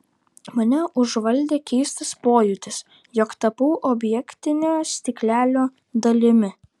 mane užvaldė keistas pojūtis jog tapau objektinio stiklelio dalimi